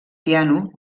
piano